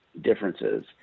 differences